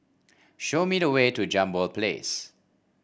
show me the way to Jambol Place